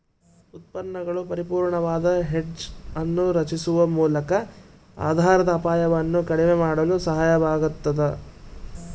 ಉತ್ಪನ್ನಗಳು ಪರಿಪೂರ್ಣವಾದ ಹೆಡ್ಜ್ ಅನ್ನು ರಚಿಸುವ ಮೂಲಕ ಆಧಾರದ ಅಪಾಯವನ್ನು ಕಡಿಮೆ ಮಾಡಲು ಸಹಾಯವಾಗತದ